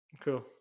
Cool